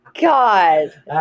God